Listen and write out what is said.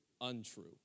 untrue